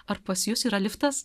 ar pas jus yra liftas